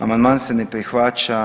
Amandman se ne prihvaća.